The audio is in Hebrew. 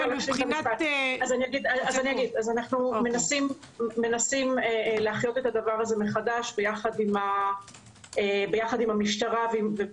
אנחנו מנסים להחיות את הדבר הזה מחדש ביחד עם המשטרה ואנחנו